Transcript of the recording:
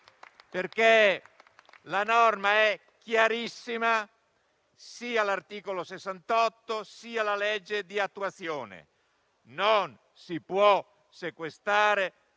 La norma è chiarissima (sia l'articolo 68, sia la legge di attuazione): non si può sequestrare